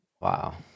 Wow